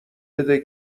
بده